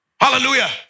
Hallelujah